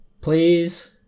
Please